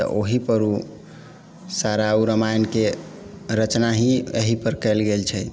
तऽ ओहीपर ओ सारा ओ रामायणके रचना ही एहीपर कयल गेल छै